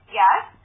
yes